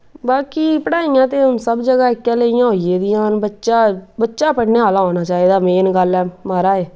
बाकी पढ़ाइयां ते सब जगह् इक्को जेहियां होई गेदियां न बच्चा बच्चा पढ़ने आह्ला होना चाहिदा मेन गल्ल ऐ माराज